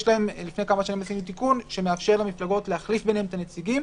לפני מספר שנים עשינו תיקון שמאפשר למפלגות להחליף ביניהן את הנציגים,